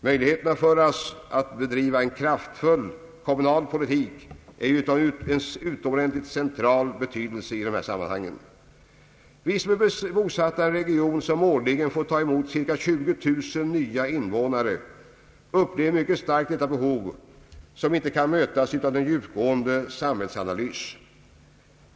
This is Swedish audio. Möjligheterna för oss att bedriva en kraftfull kommunal politik är av utomordentligt central betydelse i dessa sammanhang. Vi som är bosatta i en region som årligen får ta emot cirka 20 000 nya invånare, upplever mycket starkt detta behov som inte kan mötas utan en djupgående samhällsanalys.